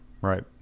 Right